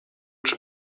czy